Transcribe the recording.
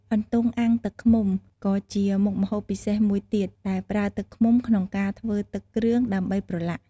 អន្ទង់អាំងទឹកឃ្មុំ ក៏ជាមុខម្ហូបពិសេសមួយទៀត ដែលប្រើទឹកឃ្មុំក្នុងការធ្វើទឹកគ្រឿងដើម្បីប្រឡាក់។